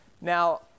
Now